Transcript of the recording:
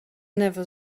never